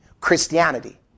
Christianity